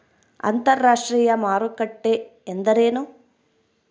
ಅಂತರಾಷ್ಟ್ರೇಯ ಮಾರುಕಟ್ಟೆ ಎಂದರೇನು?